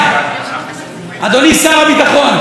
אדוני שר הביטחון,